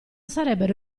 sarebbero